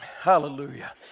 Hallelujah